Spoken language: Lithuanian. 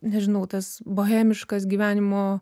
nežinau tas bohemiškas gyvenimo